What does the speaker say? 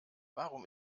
warum